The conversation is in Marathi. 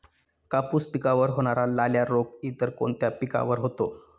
कापूस पिकावर होणारा लाल्या रोग इतर कोणत्या पिकावर होतो?